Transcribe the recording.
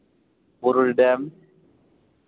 Burudi dam